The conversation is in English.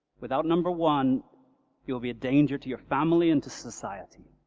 without number one you'll be a danger to your family and to society.